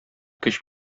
көч